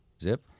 Zip